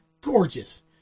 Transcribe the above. gorgeous